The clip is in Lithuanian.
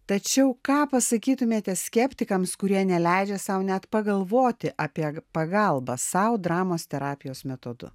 tačiau ką pasakytumėte skeptikams kurie neleidžia sau net pagalvoti apie pagalbą sau dramos terapijos metodu